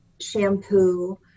shampoo